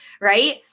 Right